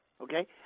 Okay